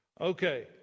Okay